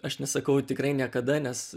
aš nesakau tikrai niekada nes